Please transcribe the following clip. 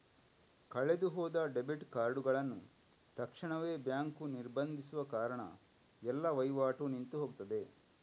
ಕಳೆದು ಹೋದ ಡೆಬಿಟ್ ಕಾರ್ಡುಗಳನ್ನ ತಕ್ಷಣವೇ ಬ್ಯಾಂಕು ನಿರ್ಬಂಧಿಸುವ ಕಾರಣ ಎಲ್ಲ ವೈವಾಟು ನಿಂತು ಹೋಗ್ತದೆ